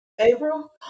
April